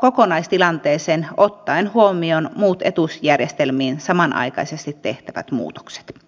kokonaistilanteeseen ottaen huomioon muut etuusjärjestelmiin samanaikaisesti tehtävät muutokset